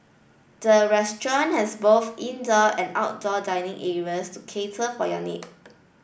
the restaurant has both indoor and outdoor dining areas to cater for your need